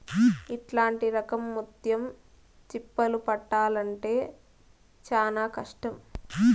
ఇట్లాంటి రకం ముత్యం చిప్పలు పట్టాల్లంటే చానా కష్టం